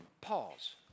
Pause